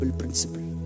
principle